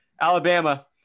Alabama